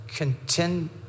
contend